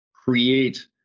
create